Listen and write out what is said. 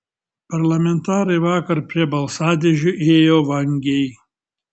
parlamentarai vakar prie balsadėžių ėjo vangiai